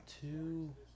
two